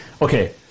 Okay